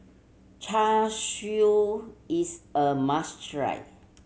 Char Siu is a must try